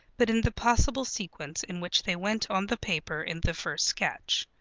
but in the possible sequence in which they went on the paper in the first sketch.